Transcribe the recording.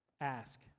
ask